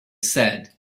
said